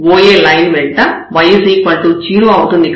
OA line వెంట y 0 అవుతుంది